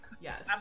yes